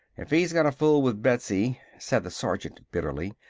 if he's gonna fool with betsy, said the sergeant bitterly,